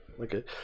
okay